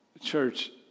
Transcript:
Church